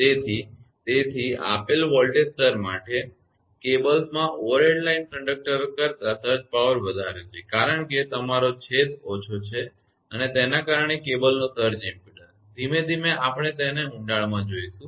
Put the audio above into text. તેથી તેથી જ આપેલ વોલ્ટેજ સ્તર માટે કેબલ્સમાં ઓવરહેડ લાઇન કંડકટરો કરતાં સર્જ પાવાર વધારે છે કારણ કે તમારો છેદ ઓછો છે અને તેના કારણે કેબલનો સર્જ ઇમપેડન્સ ધીમે ધીમે આપણે તેને ઊંડાણમાં જોઈશું